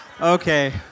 Okay